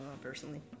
personally